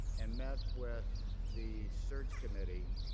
and met with the search committee,